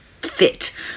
fit